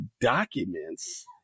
documents